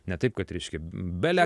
ne taip kad reiškia be bele